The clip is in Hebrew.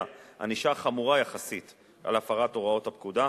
ענישה חמורה יחסית על הפרת הוראות הפקודה.